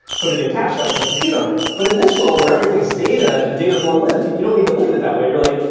put it in cache so i can compute on it. but in this world where everything is data and data is long-lived, you don't need to look at it that way. you're like,